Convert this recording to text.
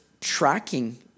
tracking